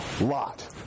Lot